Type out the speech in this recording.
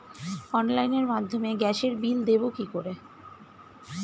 অনলাইনের মাধ্যমে গ্যাসের বিল দেবো কি করে?